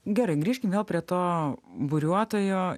gerai grįžkim vėl prie to buriuotojo